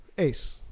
Ace